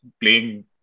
playing